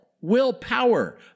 willpower